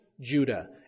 Judah